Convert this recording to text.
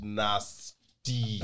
nasty